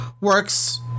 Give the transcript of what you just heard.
works